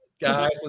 Guys